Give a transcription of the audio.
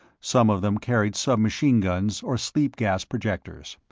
some of them carried submachine-guns or sleep-gas projectors,